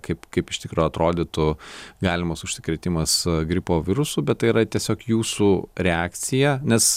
kaip kaip iš tikro atrodytų galimas užsikrėtimas gripo virusu bet tai yra tiesiog jūsų reakcija nes